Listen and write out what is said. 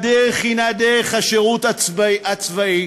הדרך היא דרך השירות הצבאי.